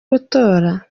gutora